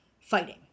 fighting